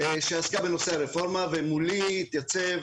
שעסקה בנושא הרפורמה, ומולי התייצב